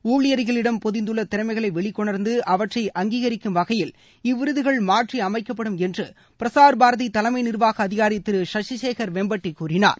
ஊழியர்களிடம் பொதிந்துள்ள திறமைகளை வெளிகொணர்ந்து அவற்றை அங்கீகரிக்கும் வகையில் இவ்விருதுகள் மாற்றி அமைக்கப்படும் என்று பிரசார் பாரதி தலைமை நிர்வாக அதிகாரி திரு சசிசேகர் வேம்பட்டி கூறினார்